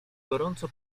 gorąco